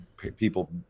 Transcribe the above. People